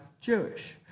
Jewish